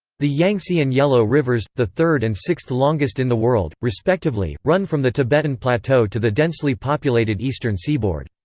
the yangtze and yellow rivers, the third and sixth-longest in the world, respectively, run from the tibetan plateau to the densely populated eastern seaboard.